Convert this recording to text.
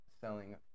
selling